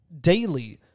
daily